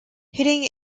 hitting